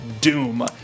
Doom